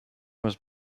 was